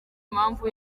mpamvu